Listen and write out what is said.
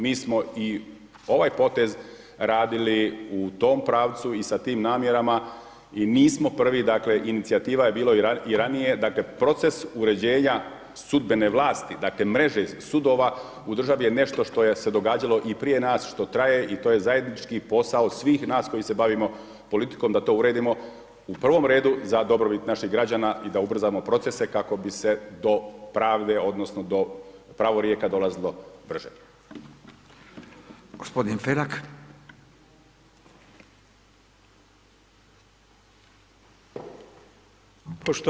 Mi smo i ovaj potez radili u tom pravcu i sa tim namjerama i mi smo prvi, dakle, inicijativa jer bilo i ranije, dakle, proces uređenja sudbene vlasti, dakle mreže sudova, u državi je nešto što je se događalo i prije nas, što traje i to je zajednički posao svih nas koji se bavimo politikom da to uredimo u prvom redu, za dobrobit naših građana i da ubrzamo procese kako bi se to pravo, odnosno, to pravorijeka dolazilo brže.